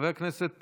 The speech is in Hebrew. חבר הכנסת